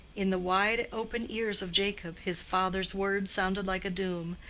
in the wide-open ears of jacob his father's words sounded like a doom,